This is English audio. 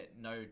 no